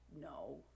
no